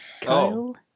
Kyle